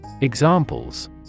Examples